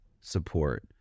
support